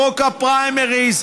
חוק הפריימריז,